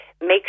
make